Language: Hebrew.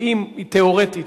אם תיאורטית,